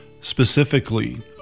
Specifically